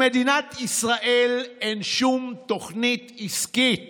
למדינת ישראל אין שום תוכנית עסקית